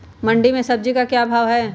मंडी में सब्जी का क्या भाव हैँ?